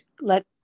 Let